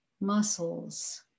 muscles